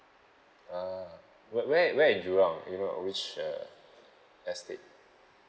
ah where where in jurong you know which uh estate